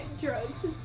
drugs